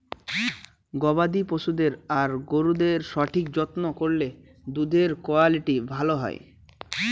গবাদি পশুদের আর গরুদের সঠিক যত্ন করলে দুধের কুয়ালিটি ভালো হয়